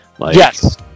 Yes